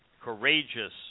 courageous